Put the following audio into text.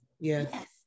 Yes